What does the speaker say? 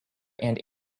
and